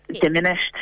Diminished